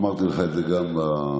אמרתי לך את זה גם בפרסה,